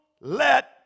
let